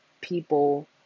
people